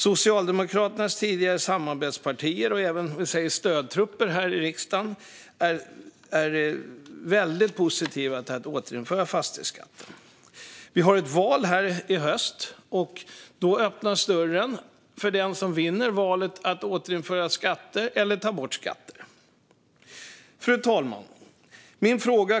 Socialdemokraternas tidigare samarbetspartier och stödtrupper i riksdagen är mycket positiva till att återinföra fastighetsskatten. I höst är det val, och då öppnas dörren för den som vinner valet att återinföra skatter eller ta bort skatter. Fru talman!